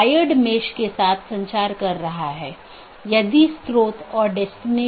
BGP के साथ ये चार प्रकार के पैकेट हैं